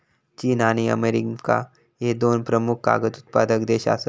चीन आणि अमेरिका ह्ये दोन प्रमुख कागद उत्पादक देश आसत